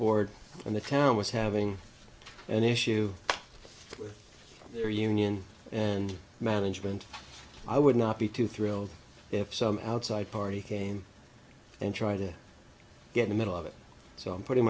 board and the town was having an issue with their union and management i would not be too thrilled if some outside party came and tried to get the middle of it so i'm putting